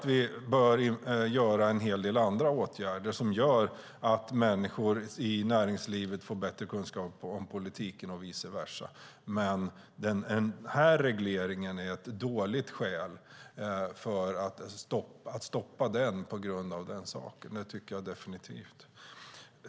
Vi bör införa en hel del andra åtgärder som gör att människor i näringslivet får bättre kunskap om politiken och vice versa, men det är ett dåligt skäl till att stoppa den här regleringen. Det tycker jag definitivt.